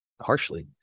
harshly